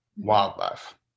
wildlife